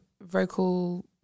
vocal